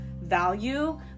value